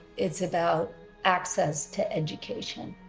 it's about access to education,